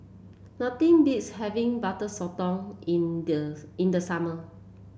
nothing beats having Butter Sotong in the in the summer